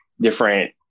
different